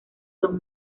son